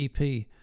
EP